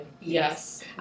Yes